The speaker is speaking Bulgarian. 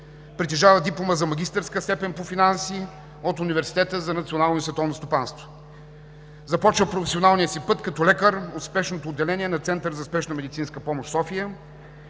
Притежава диплома за магистърска степен по финанси от Университета за национално и световно стопанство. Започва професионалния си път като лекар от спешното отделение на Центъра за спешна медицинска помощ – София.